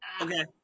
Okay